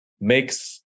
makes